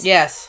Yes